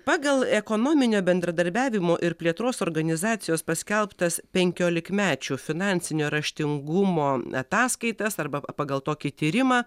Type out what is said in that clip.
pagal ekonominio bendradarbiavimo ir plėtros organizacijos paskelbtas penkiolikmečių finansinio raštingumo ataskaitas arba pagal tokį tyrimą